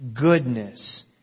Goodness